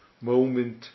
moment